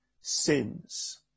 sins